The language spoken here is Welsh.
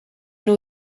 nhw